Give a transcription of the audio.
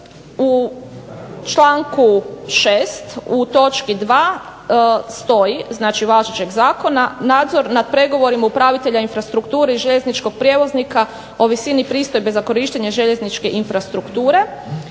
u članku 6. u točki 2. stoji važećeg zakona, nadzor nad pregovorima upravitelja infrastrukture i željezničkog prijevoznika o visini pristojbe za korištenje željezničke infrastrukture